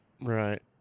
Right